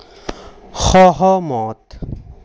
সহমত